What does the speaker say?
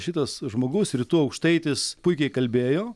šitas žmogus rytų aukštaitis puikiai kalbėjo